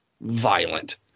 violent